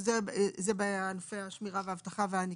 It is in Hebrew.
זה בענפי השמירה והאבטחה והניקיון.